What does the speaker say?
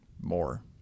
more